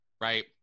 right